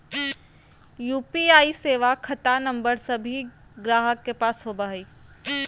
UPI सेवा खता number सभे गाहक के पास होबो हइ